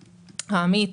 העמית,